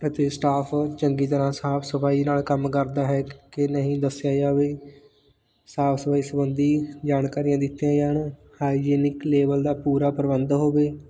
ਅਤੇ ਸਟਾਫ ਚੰਗੀ ਤਰ੍ਹਾਂ ਸਾਫ ਸਫਾਈ ਨਾਲ ਕੰਮ ਕਰਦਾ ਹੈ ਕਿ ਨਹੀਂ ਦੱਸਿਆ ਜਾਵੇ ਸਾਫ ਸਫਾਈ ਸੰਬੰਧੀ ਜਾਣਕਾਰੀਆਂ ਦਿੱਤੀਆਂ ਜਾਣ ਹਾਈਜੀਨਿਕ ਲੇਵਲ ਦਾ ਪੂਰਾ ਪ੍ਰਬੰਧ ਹੋਵੇ